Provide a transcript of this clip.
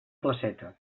placeta